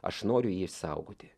aš noriu jį išsaugoti